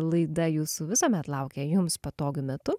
laida jūsų visuomet laukia jums patogiu metu